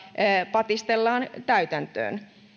patistellaan täytäntöön tai